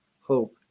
hope